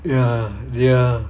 ya ya